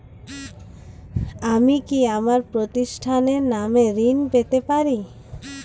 আমি কি আমার প্রতিষ্ঠানের নামে ঋণ পেতে পারি?